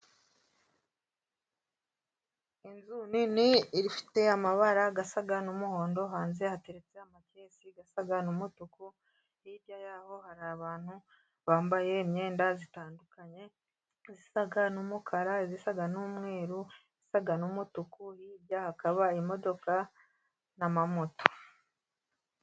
Inzu nini ifite amabara asa n'umuhondo, hanze hateretse amakesi asa n'umutuku, hirya yaho hari abantu bambaye imyenda itandukanye, isa n'umukara isa n'umweru isa n'umutuku, hirya hakaba imodoka n'amamoto.